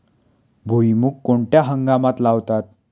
भुईमूग कोणत्या हंगामात लावतात?